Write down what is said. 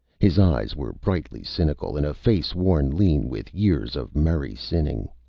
his eyes were brightly cynical, in a face worn lean with years of merry sinning.